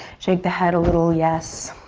shake the head a little yes,